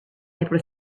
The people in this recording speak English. able